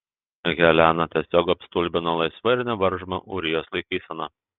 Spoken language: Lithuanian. heleną tiesiog apstulbino laisva ir nevaržoma ūrijos laikysena